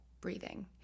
breathing